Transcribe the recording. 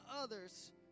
others